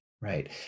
right